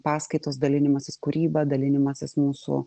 paskaitos dalinimasis kūryba dalinimasis mūsų